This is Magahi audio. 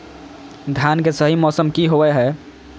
धान के सही मौसम की होवय हैय?